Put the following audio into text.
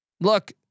Look